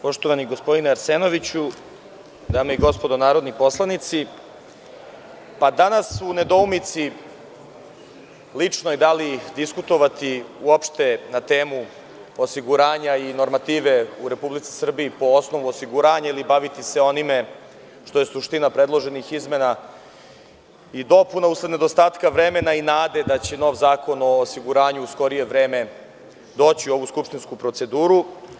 Poštovani gospodine Arsenoviću, dame i gospodo narodni poslanici, danas imam ličnu nedoumicu da li diskutovati na temu osiguranja i normative u Republici Srbiji po osnovu osiguranja ili se baviti onim što je suština predloženih izmena i dopuna, usled nedostatka vremena i nade da će nov zakon o osiguranju u skorije vreme doći u ovu skupštinsku proceduru.